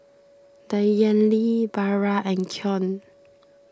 Danyelle Vara and Keon